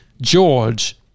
George